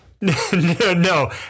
no